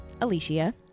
Alicia